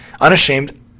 Unashamed